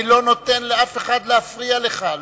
אני לא נותן לאף אחד להפריע לך.